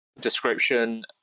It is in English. description